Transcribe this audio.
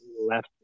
left